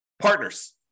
Partners